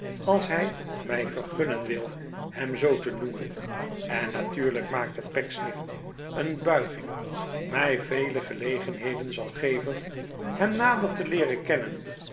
als hij mij vergunnen wil hem zoo te noemen en natuurlijk maakte pecksniff een buiging mij vele gelegenheden zal geven hem nader te leeren kennen